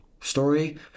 story